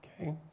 Okay